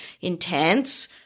intense